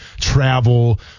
travel